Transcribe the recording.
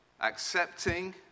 accepting